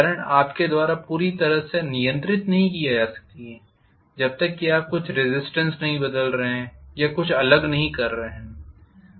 current आपके द्वारा पूरी तरह से नियंत्रित नहीं की जाती है जब तक कि आप कुछ रेज़िस्टेन्स नहीं बदल रहे हैं या कुछ अलग नहीं कर रहे हैं